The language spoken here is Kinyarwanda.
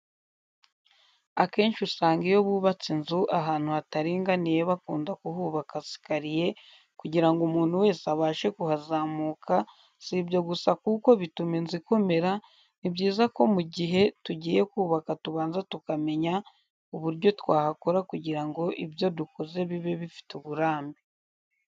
Akenshi usanga iyo bubatse inzu ahantu hataringaniye bakunda kuhubaka sikariye kugira ngo umuntu wese abashe kuhazamuka, si ibyo gusa kuko bituma inzu ikomera, ni byiza ko mu gihe tugiye kubaka tubanza tukamenya uburyo twahakora kugira ngo ibyo dukoze bibe bifite uburambe.